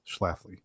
schlafly